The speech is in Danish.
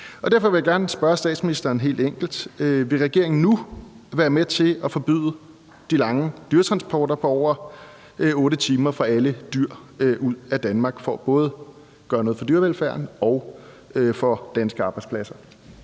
Derfor vil jeg gerne spørge statsministeren helt enkelt: Vil regeringen nu være med til at forbyde de lange dyretransporter på over 8 timer af alle dyr ud af Danmark, for både at gøre noget for dyrevelfærden og for danske arbejdspladser?